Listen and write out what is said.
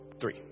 three